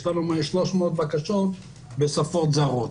יש לנו 300 בקשות בשפות זרות.